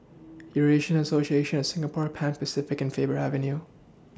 Eurasian Association of Singapore Pan Pacific and Faber Avenue